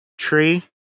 tree